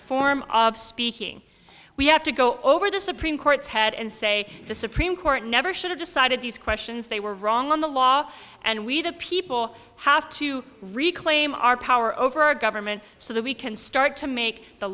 form of speaking we have to go over the supreme court's head and say the supreme court never should have decided these questions they were wrong on the law and we the people have to reclaim our power over our government so that we can start to make the